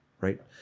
right